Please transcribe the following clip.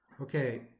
Okay